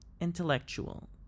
Intellectual